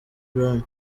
brown